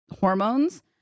hormones